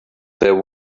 there